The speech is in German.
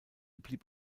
blieb